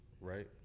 right